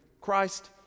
Christ